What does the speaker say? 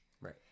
Right